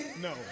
no